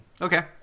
Okay